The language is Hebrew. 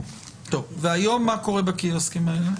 טוב, והיום מה קורה בקיוסקים האלה?